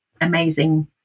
amazing